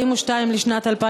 כולם לשבת.